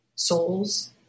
souls